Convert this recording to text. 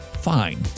Fine